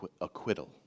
acquittal